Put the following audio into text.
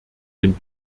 den